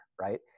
right